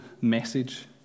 message